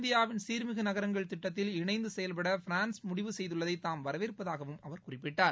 இந்தியாவின் சீர்மிகு நகரங்கள் திட்டத்தில் இணைந்து செயல்பட பிரான்ஸ் முடிவு செய்துள்ளதை தாம் வரவேற்பதாகவும் அவர் குறிப்பிட்டார்